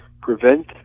prevent